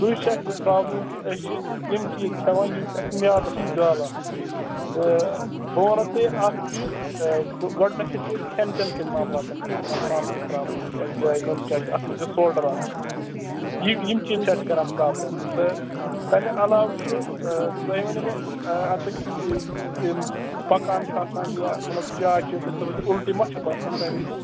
سُے چھِ اَسہِ سُہ پرٛابلِم کہِ أسۍ چھِ تِم چیٖز کھیٚوان یُس اَسہِ میٛادَس چھ گالان تہٕ بہٕ وَنہو تۅہہِ اَکھ چیٖز آ گۄڈنیٚتھٕے چھِ اَسۍ کھیٚن چیٚن کِس ماملاتَن منٛز کَرن پانسٕے پرٛابلِم کیٛاز یِہےَ نُن چاے اَتھ منٛز چھِ سوڈَر آسان یِم یِم چیٖز چھِ اَسہِ کَران پرٛابلِم تہٕ تمہِ علاوٕ چھِ آ تُہۍ ؤنِو مےٚ آ اَپٲرۍ کِنۍ تِم پکان چھِ آسان یا مطلب چاے چیٚتھ یا سا یہِ اُلٹی ما چھَو باسان تَمہِ وِزِ